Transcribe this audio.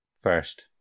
first